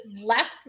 left